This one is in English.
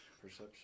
Perception